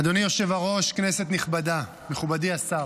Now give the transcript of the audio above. אדוני היושב-ראש, כנסת נכבדה, מכובדי השר,